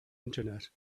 internet